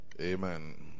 Amen